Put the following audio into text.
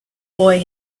boy